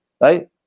right